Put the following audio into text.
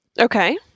Okay